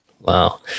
Wow